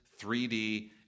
3D